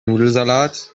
nudelsalat